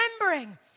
remembering